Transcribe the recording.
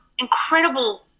incredible